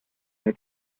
had